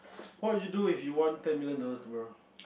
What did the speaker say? what would you do if you won ten million dollars tomorrow